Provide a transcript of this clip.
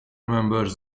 members